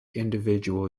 individual